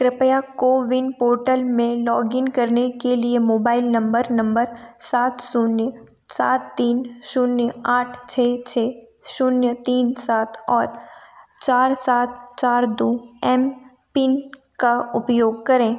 कृपया CoWIN portal में login करने के लिए मोबाइल नंबर नंबर सात शून्य सात तीन शून्य आठ छः छः शून्य तीन सात और चार सात चार दो एम पिन का उपयोग करें